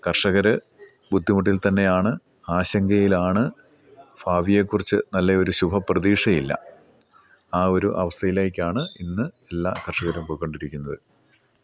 കർഷകർ ബുദ്ധിമുട്ടിൽ തന്നെയാണ് ആശങ്കയിലാണ് ഭാവിയെക്കുറിച്ച് നല്ല ഒരു ശുഭപ്രതീക്ഷയില്ല ആ ഒരു അവസ്ഥയിലേക്കാണ് ഇന്ന് എല്ലാ കർഷകരും പോയ്ക്കൊണ്ടിരിക്കുന്നത്